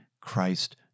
Christ